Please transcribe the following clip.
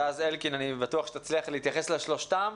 ואני בטוח שתוכל להתייחס לשלושתם,